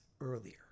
earlier